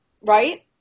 Right